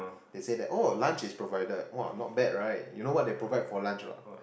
they say that oh lunch is provided !wah! not bad right you know what they provide for lunch not